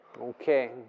Okay